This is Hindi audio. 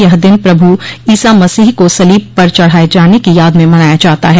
यह दिन प्रभु ईसा मसीह को सलीब पर चढ़ाये जाने की याद में मनाया जाता है